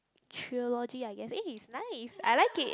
trilogy I guess eh is nice I like it